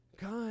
God